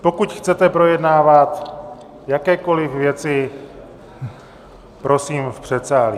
Pokud chcete projednávat jakékoliv věci, prosím v předsálí.